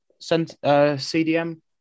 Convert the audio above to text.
CDM